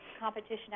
competition